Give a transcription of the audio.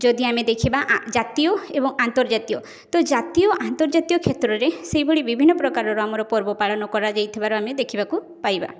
ଯଦି ଆମେ ଦେଖିବା ଜାତୀୟ ଏବଂ ଆନ୍ତର୍ଜାତୀୟ ତ ଜାତୀୟ ଆନ୍ତର୍ଜାତୀୟ କ୍ଷେତ୍ରରେ ସେହିଭଳି ବିଭିନ୍ନ ପ୍ରକାରର ଆମର ପର୍ବ ପାଳନ କରିଯାଇଥିବା ଆମେ ଦେଖିବାକୁ ପାଇବା